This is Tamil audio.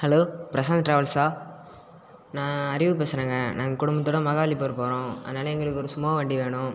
ஹலோ பிரசாந்த் ட்ராவெல்ஸா நான் அறிவு பேசுகிறேங்க நாங்கள் குடும்பத்தோட மகாபலிபுரம் போகிறோம் அதனால் எங்களுக்கு ஒரு சுமோ வண்டி வேணும்